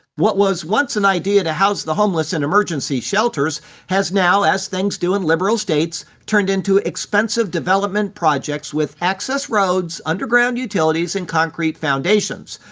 what was once an idea to house the homeless in emergency shelters has now as things do in liberal states turned into expensive development projects with access roads, underground utilities and concrete foundations.